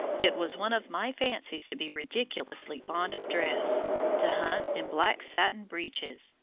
it was one of my fancies to be ridiculously fond of dress to hunt in black satin breeches,